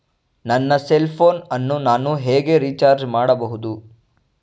ನನ್ನ cell phone ಅನ್ನು ನಾನು ಹೇಗೆ ರಿಚಾರ್ಜ್ ಮಾಡಬಹುದು?